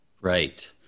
Right